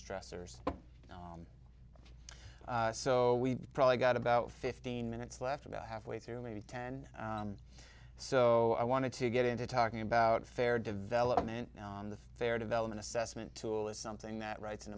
stressors so we probably got about fifteen minutes left about halfway through maybe ten so i wanted to get into talking about fair development the fair develop an assessment tool is something that writes in